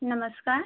नमस्कार